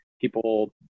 people